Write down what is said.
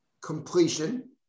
completion